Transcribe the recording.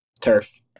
turf